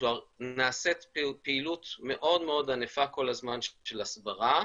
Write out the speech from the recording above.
כלומר נעשית פעילות מאוד מאוד ענפה כל הזמן של הסברה.